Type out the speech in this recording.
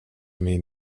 min